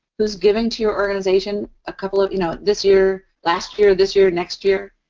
who's given to your organization a couple of, you know, this year, last year, this year, next year,